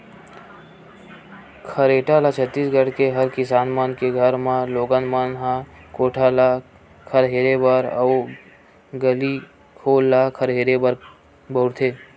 खरेटा ल छत्तीसगढ़ के हर किसान मन के घर म लोगन मन ह कोठा ल खरहेरे बर अउ गली घोर ल खरहेरे बर बउरथे